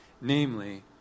namely